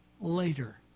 later